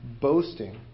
boasting